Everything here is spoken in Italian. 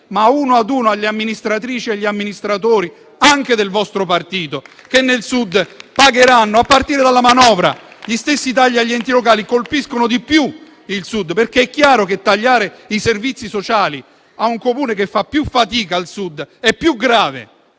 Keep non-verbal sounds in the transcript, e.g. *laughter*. ad uno ad uno alle amministratrici e agli amministratori anche del vostro partito che nel Sud pagheranno, a partire dalla manovra. *applause* Gli stessi tagli agli enti locali colpiscono di più il Sud, perché è chiaro che tagliare i servizi sociali a un Comune che fa più fatica al Sud, che